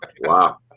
Wow